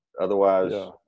Otherwise